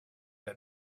that